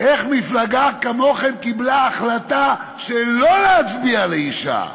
איך מפלגה כמוכם קיבלה החלטה שלא להצביע לאישה?